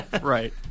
Right